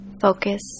Focus